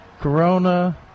Corona